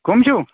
کَم چھُو